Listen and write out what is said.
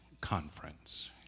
conference